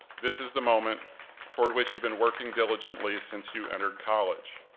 this is the moment toward which you've been working diligently since you entered college,